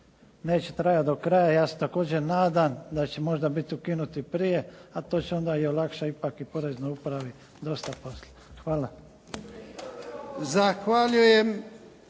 neće trajat do kraja. Ja se također nadam da će možda bit ukinut i prije, a to će onda i olakšat ipak i poreznoj upravi dosta posla. Hvala.